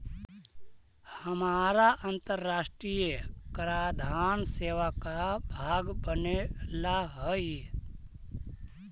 हमारा अन्तराष्ट्रिय कराधान सेवा का भाग बने ला हई